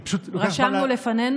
רשמנו לפנינו.